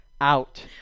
out